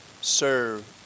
serve